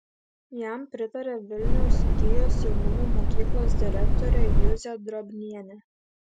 jam pritaria vilniaus gijos jaunimo mokyklos direktorė juzė drobnienė